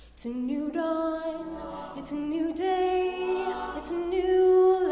it's a new dawn it's a new day it's a new